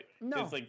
no